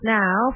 now